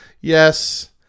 Yes